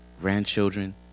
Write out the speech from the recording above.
grandchildren